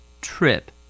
Trip